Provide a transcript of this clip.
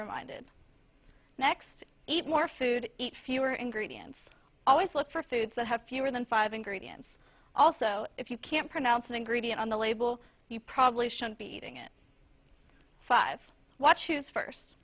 reminded next eat more food eat fewer and greedy and always look for foods that have fewer than five ingredients also if you can't pronounce an ingredient on the label you probably shouldn't be eating it five watches first